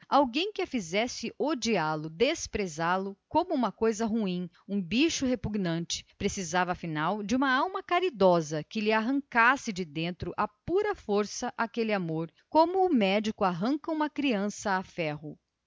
alguém que a obrigasse a detestá lo com desprezo como a um ente nojento e venenoso precisava afinal de uma alma caridosa que lhe arrancasse de dentro à pura força aquele amor como o médico arranca uma criança a ferro